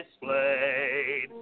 displayed